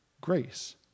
grace